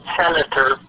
senator